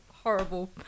Horrible